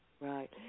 Right